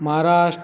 Maharashtra